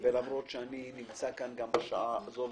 ולמרות שאני נמצא כאן גם בשעה הזאת,